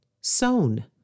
sown